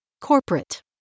corporate